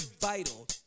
vital